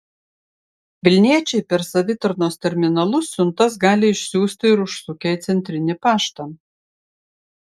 vilniečiai per savitarnos terminalus siuntas gali išsiųsti ir užsukę į centrinį paštą